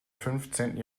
fünfzehnten